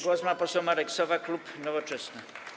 Głos ma poseł Marek Sowa, klub Nowoczesna.